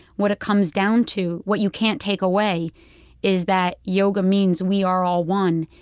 what it comes down to, what you can't take away is that yoga means we are all one,